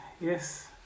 yes